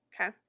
Okay